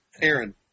Aaron